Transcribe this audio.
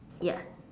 ya